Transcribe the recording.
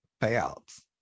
payouts